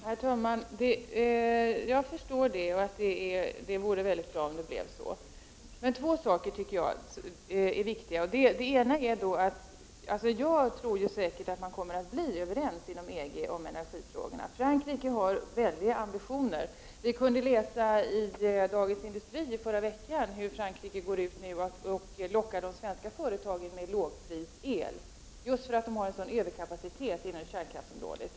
Herr talman! Jag förstår att det vore väldigt bra om det blev så. Det är två saker som jag tycker är viktiga. Det ena är att man säkert kommer att bli överens inom EG om energin. Frankrike har väldigt stora ambitioner. Vi kunde läsa i Dagens Industri i förra veckan hur Frankrike nu lockar de svenska företagen med lågprisel just därför att Frankrike har stor överkapacitet inom kärnkraftsområdet.